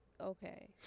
okay